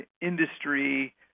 industry